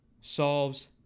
solves